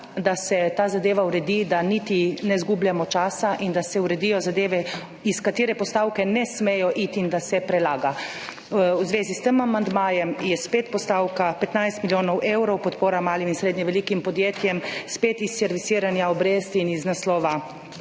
da se ta zadeva uredi, da niti ne izgubljamo časa in da se uredijo zadeve, iz katere postavke ne smejo iti in da se prelaga. V zvezi s tem amandmajem je postavka 15 milijonov evrov, podpora malim in srednje velikim podjetjem, spet iz servisiranja obresti in iz naslova